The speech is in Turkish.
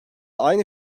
aynı